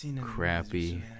crappy